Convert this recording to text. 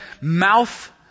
mouth